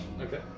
Okay